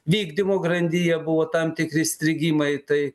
vykdymo grandyje buvo tam tikri strigimai tai